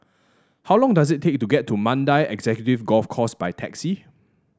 how long does it take to get to Mandai Executive Golf Course by taxi